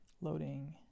Loading